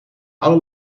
alle